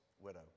widow